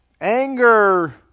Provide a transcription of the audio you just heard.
Anger